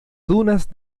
dunas